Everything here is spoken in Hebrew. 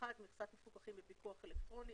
מכסת מפוקחים בפיקוח אלקטרוני.